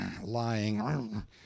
lying